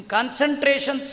Concentration